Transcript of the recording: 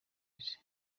isi